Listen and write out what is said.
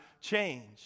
change